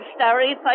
story